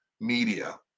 media